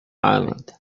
island